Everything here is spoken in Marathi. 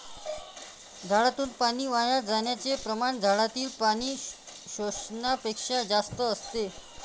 झाडातून पाणी वाया जाण्याचे प्रमाण झाडातील पाणी शोषण्यापेक्षा जास्त असते